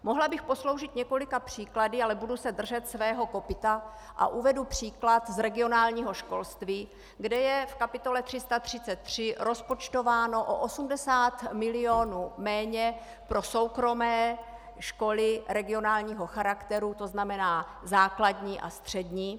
Mohla bych posloužit několika příklady, ale budu se držet svého kopyta a uvedu příklad z regionálního školství, kde je v kapitole 333 rozpočtováno o 80 milionů méně pro soukromé školy regionálního charakteru, to znamená základní a střední.